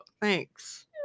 Thanks